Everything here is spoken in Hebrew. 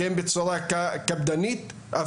בצורה קפדנית.